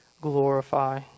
glorify